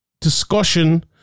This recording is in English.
discussion